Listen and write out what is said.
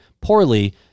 poorly